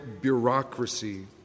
bureaucracy